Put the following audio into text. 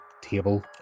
table